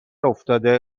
افتاده